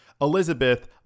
Elizabeth